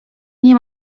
nie